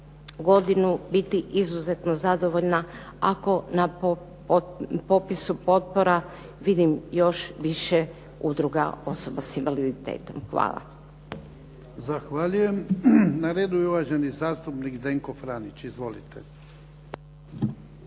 godinu biti izuzetno zadovoljna ako na popisu potpora vidim još više udruga osoba s invaliditetom. Hvala. **Jarnjak, Ivan (HDZ)** Zahvaljujem. Na redu je uvaženi zastupnik Zdenko Franić. Izvolite.